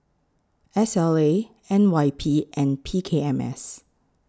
S L A N Y P and P K M S